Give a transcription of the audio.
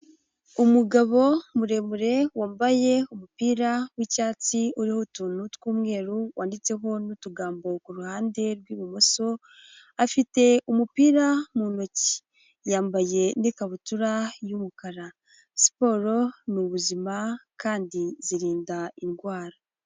Umugabo muremure, wambaye umupira w'icyatsi, uriho utuntu tw'umweru, wanditseho n'utugambo ku ruhande rw'ibumoso, afite umupira mu ntoki, yambaye n'ikabutura y'umukara. Siporo ni ubuzima kandi zirinda indwara.